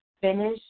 Finish